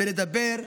ונדבר.